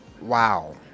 wow